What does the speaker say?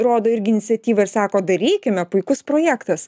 rodo irgi iniciatyvą ir sako darykime puikus projektas